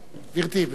גברתי, בבקשה.